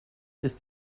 ist